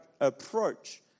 approach